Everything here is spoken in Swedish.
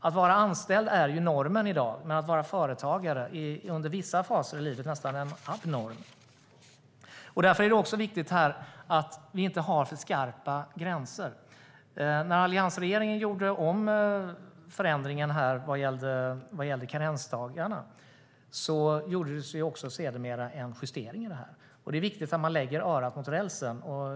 Att vara anställd är normen i dag, men att vara företagare är under vissa faser av livet nästan abnormt. Därför är det också viktigt att inte ha för skarpa gränser. När alliansregeringen gjorde förändringen vad gäller karensdagarna gjordes sedermera även en justering av dem. Det är viktigt att lägga örat mot rälsen.